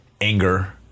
anger